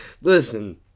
Listen